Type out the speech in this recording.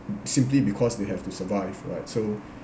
simply because they have to survive right so